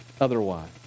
otherwise